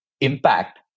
impact